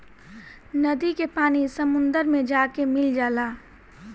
नदी के पानी समुंदर मे जाके मिल जाला